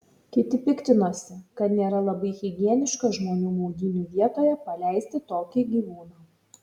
kiti piktinosi kad nėra labai higieniška žmonių maudynių vietoje paleisti tokį gyvūną